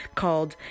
called